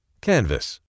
Canvas